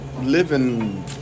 living